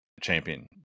champion